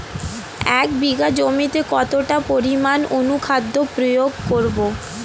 এক বিঘা জমিতে কতটা পরিমাণ অনুখাদ্য প্রয়োগ করব?